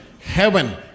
heaven